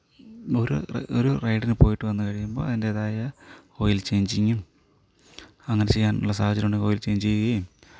ഒരു ഒരു റൈഡിനു പോയിട്ട് വന്ന് കഴിയുമ്പോൾ അതിൻ്റെതായ ഓയിൽ ചെയ്ഞ്ചിങ്ങും അങ്ങനെ ചെയ്യാനുള്ള സാഹചര്യമുണ്ടെങ്കിൽ ഓയിൽ ചെയ്ഞ്ച് ചെയ്യുകയും